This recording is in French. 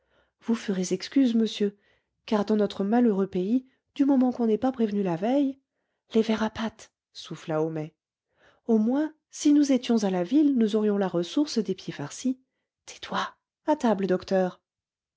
vous ferez excuse monsieur car dans notre malheureux pays du moment qu'on n'est pas prévenu la veille les verres à patte souffla homais au moins si nous étions à la ville nous aurions la ressource des pieds farcis tais-toi à table docteur